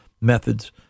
methods